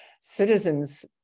citizens